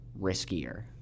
riskier